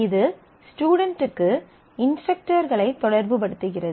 இது ஸ்டுடென்ட்டுக்கு இன்ஸ்டரக்டர்களை தொடர்புபடுத்துகிறது